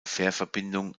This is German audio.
fährverbindung